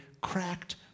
cracked